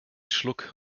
schluck